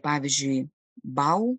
pavyzdžiui bau